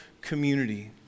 community